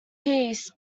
peace